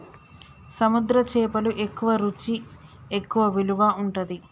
సముద్ర చేపలు ఎక్కువ రుచి ఎక్కువ విలువ ఉంటది